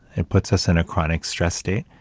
it puts us in a chronic stress state,